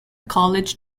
college